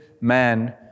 man